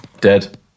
Dead